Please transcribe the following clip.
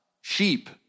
sheep